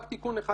רק תיקון אחד,